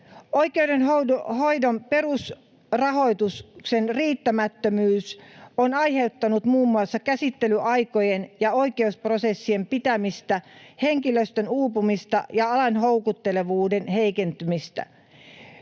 Oikeudenhoidon perusrahoituksen riittämättömyys on aiheuttanut muun muassa käsittelyaikojen ja oikeusprosessien pidentymistä, henkilöstön uupumista ja alan houkuttelevuuden heikentymistä.